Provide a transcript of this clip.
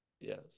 Yes